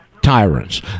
tyrants